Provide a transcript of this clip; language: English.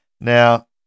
now